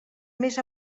més